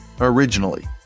originally